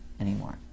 anymore